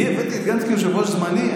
אני הבאתי את גנץ כיושב-ראש זמני?